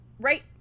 Right